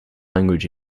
language